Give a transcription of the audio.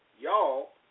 Y'all